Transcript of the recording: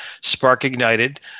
spark-ignited